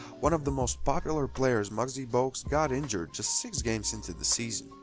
one of the most popular players muggsy bogues got injured just six games into the season.